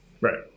Right